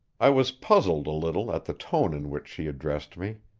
i was puzzled a little at the tone in which she addressed me.